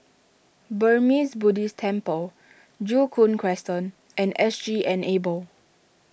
Burmese Buddhist Temple Joo Koon Crescent and S G Enable